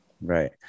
Right